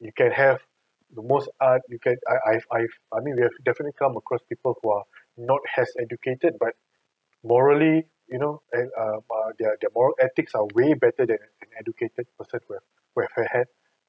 you can have the most art you can I I've I've I mean we have definitely come across people who are not as educated but morally you know and err um err their moral ethics are way better than an educated person who have had